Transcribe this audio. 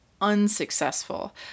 unsuccessful